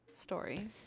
Story